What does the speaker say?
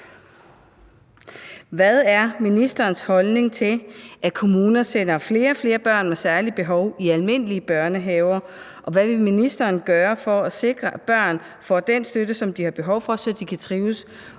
Hvad er ministerens holdning til, at kommuner sender flere og flere børn med særlige behov i almindelige børnehaver, og hvad vil ministeren gøre for at sikre, at børn får den støtte, som de har behov for, så de kan trives